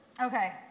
Okay